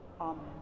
Amen